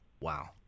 Wow